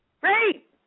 Great